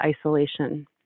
isolation